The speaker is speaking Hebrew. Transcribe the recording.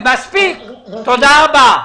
תודה רבה.